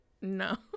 No